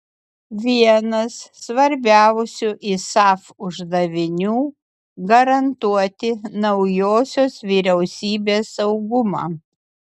vienas svarbiausių isaf uždavinių garantuoti naujosios vyriausybės saugumą